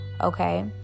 Okay